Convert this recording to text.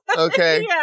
Okay